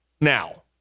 Now